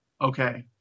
okay